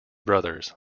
brothers